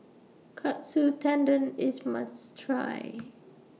Katsu Tendon IS must Try